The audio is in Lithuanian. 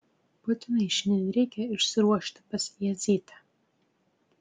būtinai šiandien reikia išsiruošti pas jadzytę